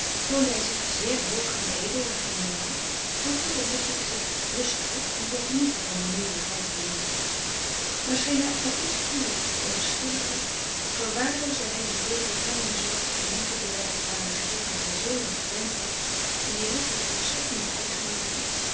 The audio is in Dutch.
toonde hij zich zeer hoog en edel en geniaal dan voelde hedwig zich rustiger en kon genieten van haar nieuwe rijke leven maar scheen hij ook maar iets koeler of onverschilliger verwaarloosde hij de vele kleine zorgen en liefde bewijzen waaraan gerard haar zoolang gewend had en die ritsert volstrekt niet eigen waren